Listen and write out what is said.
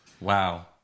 Wow